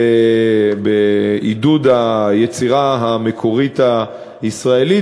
בעידוד היצירה המקורית הישראלית,